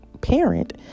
parent